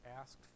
asked